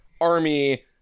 army